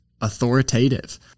authoritative